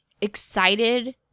excited